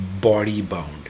body-bound